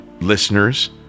listeners